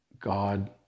God